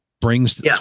brings